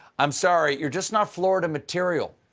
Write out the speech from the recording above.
i'm sorry, you're just not florida material.